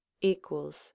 equals